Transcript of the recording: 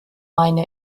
meine